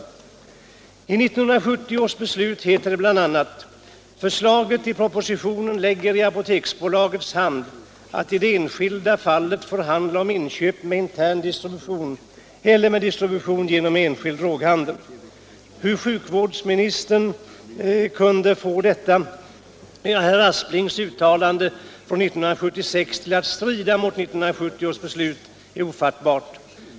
I 1970 års beslut heter det bl.a.: ”Förslaget i propositionen lägger i apoteksbolagets hand att i det enskilda fallet förhandla om inköp med intern distribution eller med distribution genom enskild droghandel.” Hur sjukvårdsministern kan få herr Asplings uttalande från 1976 till att strida mot 1970 års riksdagsbeslut är ofattbart.